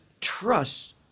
trust